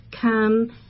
come